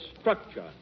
structure